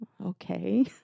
Okay